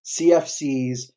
CFCs